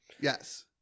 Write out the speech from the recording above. Yes